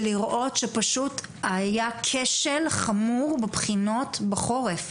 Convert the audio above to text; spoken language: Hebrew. ולראות שפשוט היה כשל חמור בבחינות בחורף.